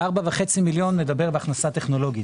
ו-4.5 מיליון מדבר בהכנסה טכנולוגית,